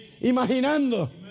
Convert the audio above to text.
Imaginando